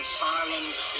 silence